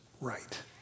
right